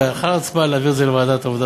ולאחר ההצבעה להעביר את זה לוועדת העבודה